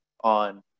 on